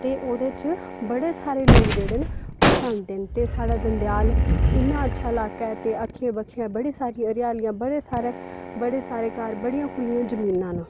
ते ओह्दे च बड़े सारे लोग जेह्ड़े न उत्थें औंदे न ते साढ़ा दंदेआल इ'न्ना अच्छा लाका ऐ ते बक्खी आं बड़ी सारी हरियाली ते बड़े सारे घर ते बड़ियां सारियां जमीनां न